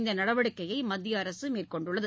இந்த நடவடிக்கையை மத்திய அரசு மேற்கொண்டுள்ளது